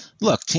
look